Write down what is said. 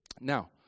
Now